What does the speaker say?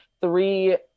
three